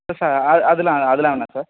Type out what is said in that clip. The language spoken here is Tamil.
எஸ் சார் அது அதெல்லாம் அதெல்லாம் வேணாம் சார்